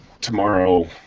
tomorrow